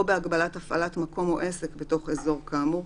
או בהגבלת הפעלת מקום או עסק בתוך אזור כאמור,